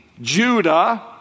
Judah